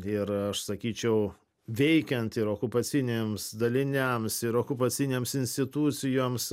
ir aš sakyčiau veikiant ir okupacinėms daliniams ir okupacinėms institucijoms